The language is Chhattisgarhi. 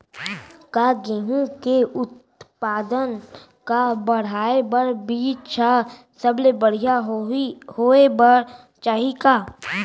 का गेहूँ के उत्पादन का बढ़ाये बर बीज ह सबले बढ़िया होय बर चाही का?